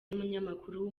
n’umunyamakuru